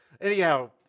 Anyhow